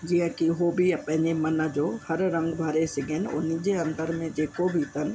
जीअं कि उहो बि आहे पंहिंजे मन जो हथ रंग भरे सघनि हुनजे अंदर में जेको बि अथनि